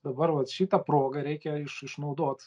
dabar vat šitą progą reikia iš išnaudot